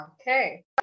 Okay